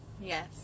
Yes